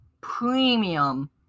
premium